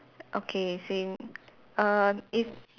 okay same err it